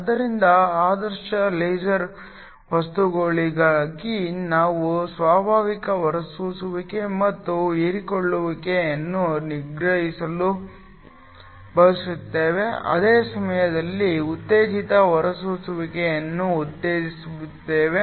ಆದ್ದರಿಂದ ಆದರ್ಶ ಲೇಸರ್ ವಸ್ತುಗಳಿಗಾಗಿ ನಾವು ಸ್ವಾಭಾವಿಕ ಹೊರಸೂಸುವಿಕೆ ಮತ್ತು ಹೀರಿಕೊಳ್ಳುವಿಕೆಯನ್ನು ನಿಗ್ರಹಿಸಲು ಬಯಸುತ್ತೇವೆ ಅದೇ ಸಮಯದಲ್ಲಿ ಉತ್ತೇಜಿತ ಹೊರಸೂಸುವಿಕೆಯನ್ನು ಉತ್ತೇಜಿಸುತ್ತೇವೆ